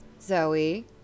Zoe